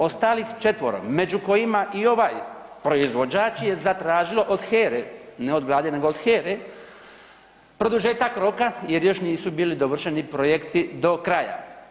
Ostalih četvoro među kojima i ovaj proizvođač je zatražilo od HERA-e, ne od Vlade, nego od HERA-e produžetak roka jer još nisu bili dovršeni projekti do kraja.